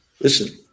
listen